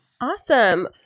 Awesome